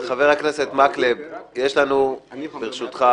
חבר הכנסת מקלב, יש לנו ברשותך